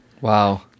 Wow